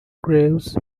graves